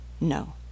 No